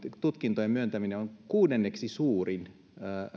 tutkintojen myöntäminen on kuudenneksi suurin